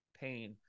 pain